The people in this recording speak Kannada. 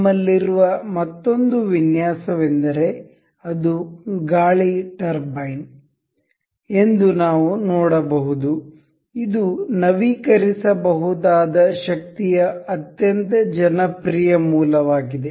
ನಮ್ಮಲ್ಲಿರುವ ಮತ್ತೊಂದು ವಿನ್ಯಾಸವೆಂದರೆ ಅದು ಗಾಳಿ ಟರ್ಬೈನ್ ಎಂದು ನಾವು ನೋಡಬಹುದು ಇದು ನವೀಕರಿಸಬಹುದಾದ ಶಕ್ತಿ ಯ ಅತ್ಯಂತ ಜನಪ್ರಿಯ ಮೂಲವಾಗಿದೆ